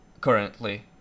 currently